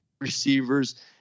receivers